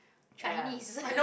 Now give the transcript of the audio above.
chinese